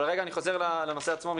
אני חוזר לנושא עצמו.